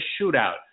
shootout